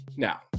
Now